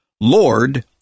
Lord